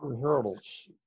hurdles